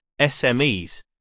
SMEs